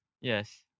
Yes